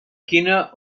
quina